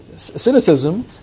Cynicism